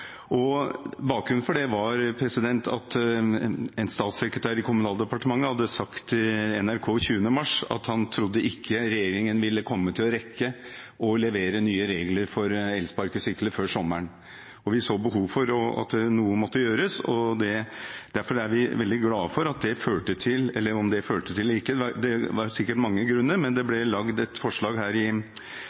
elsparkesykler. Bakgrunnen for det var at en statssekretær i Kommunal- og moderniseringsdepartementet hadde sagt til NRK den 20. mars at han ikke trodde regjeringen ville komme til å rekke å levere nye regler for elsparkesykler før sommeren. Vi så behov for at noe måtte gjøres, og derfor er vi veldig glad for at det førte til at det ble laget – om det førte til det eller ikke, det var sikkert mange grunner – et forslag her i